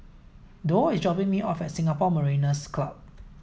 Dorr is dropping me off at Singapore Mariners' Club